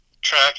track